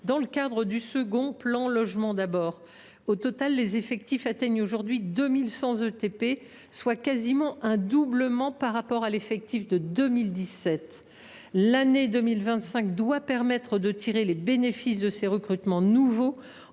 dans le cadre du second plan Logement d’abord. Au total, les effectifs atteignent aujourd’hui 2 100 ETP, soit quasiment un doublement par rapport à l’effectif de 2017. L’année 2025 doit permettre de tirer les bénéfices de ces recrutements nouveaux